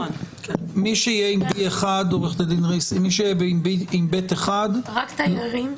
מי שיהיה עם B1 רק תיירים.